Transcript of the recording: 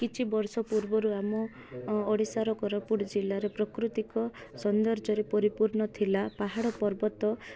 କିଛି ବର୍ଷ ପୂର୍ବରୁ ଆମ ଓଡ଼ିଶାର କୋରାପୁଟ ଜିଲ୍ଲାରେ ପ୍ରାକୃତିକ ସୌନ୍ଦର୍ଯ୍ୟରେ ପରିପୂର୍ଣ୍ଣ ଥିଲା ପାହାଡ଼ ପର୍ବତ